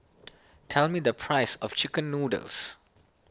tell me the price of Chicken Noodles